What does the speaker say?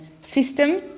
system